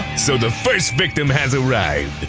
so the first victim has arrived.